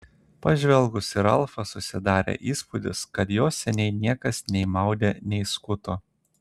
pažvelgus į ralfą susidarė įspūdis kad jo seniai niekas nei maudė nei skuto